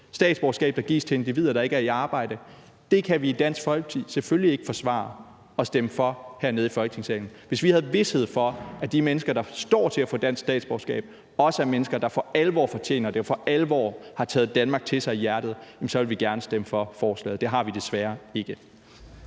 statsborgerskab, der gives til individer, der ikke er i arbejde. Det kan vi i Dansk Folkeparti selvfølgelig ikke forsvare at stemme for hernede i Folketingssalen. Hvis vi havde vished for, at de mennesker, der står til at få dansk statsborgerskab, også var mennesker, der for alvor fortjener det og for alvor har taget Danmark til sig i hjertet, ville vi gerne stemme for forslaget. Men det har vi desværre ikke.